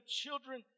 children